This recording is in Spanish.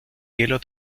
hielo